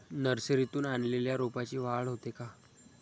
नर्सरीतून आणलेल्या रोपाची वाढ होते का?